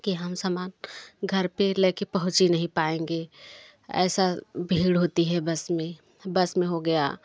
कि हम समान घर पर लेकर पहुँच ही नहीं पाएंगे ऐसा भीड़ होती है बस में बस में हो गया